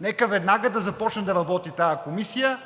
нека веднага да започне да работи тази комисия.